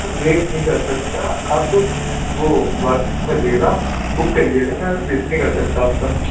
wait نہیں کر سکتا آپ وہ بعد کو کر لیجیے گا بک کر لیجیے گا میم وٹ نہیں کر سکتا آپ کا